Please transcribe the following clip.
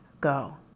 go